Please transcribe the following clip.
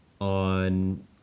on